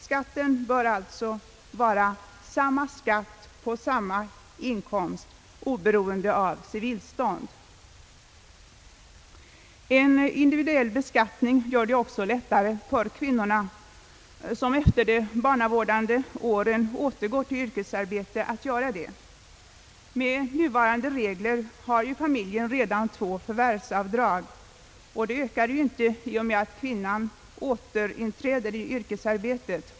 Skatten bör alltså vara densamma på samma inkomst, oberoende av civilstånd. En individuell beskattning gör det också lättare för kvinnorna att efter de barnavårdande åren återgå till yrkesarbete. Med nuvarande regler har ju familjen redan två förvärvsavdrag, och de ökar inte i och med att kvinnan återinträder i yrkesarbete.